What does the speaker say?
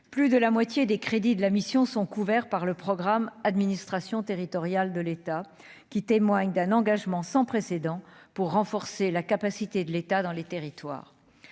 plus de la moitié des crédits de la mission sont couverts par le programme administration territoriale de l'État qui témoigne d'un engagement sans précédent pour renforcer la capacité de l'État dans les territoires,